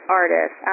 artist